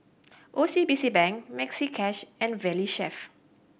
O C B C Bank Maxi Cash and Valley Chef